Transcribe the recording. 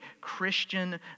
Christian